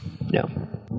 No